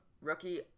rookie